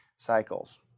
cycles